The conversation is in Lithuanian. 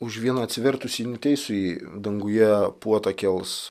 už vieną atsivertusį neteisųjį danguje puotą kels